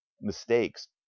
mistakes